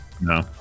no